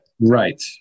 right